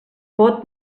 pot